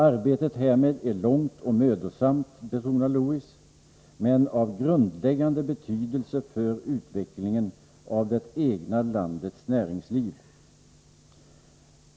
Arbetet härmed är långt och mödosamt, betonar Lewis, men av grundläggande betydelse för utvecklingen av det egna landets näringsliv.